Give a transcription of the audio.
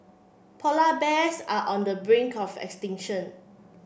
polar bears are on the brink of extinction